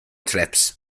trips